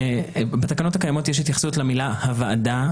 בתקנות הקיימות יש התייחסות למילה "הוועדה"